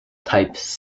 types